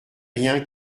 rien